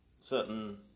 Certain